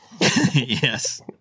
Yes